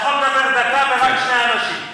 אתה יכול לדבר דקה, ורק שני אנשים.